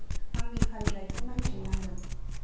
आंनि फारिलाइखौ नायफिन नांगोन